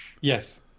Yes